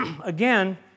again